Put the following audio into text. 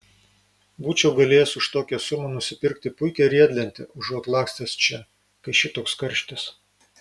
būčiau galėjęs už tokią sumą nusipirkti puikią riedlentę užuot lakstęs čia kai šitoks karštis